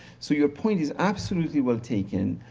so, your point is absolutely well taken.